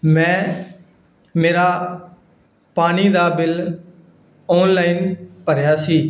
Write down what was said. ਮੈਂ ਮੇਰਾ ਪਾਣੀ ਦਾ ਬਿੱਲ ਆਨਲਾਈਨ ਭਰਿਆ ਸੀ